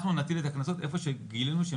אנחנו נטיל את הקנסות איפה שגילינו שהם